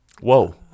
Whoa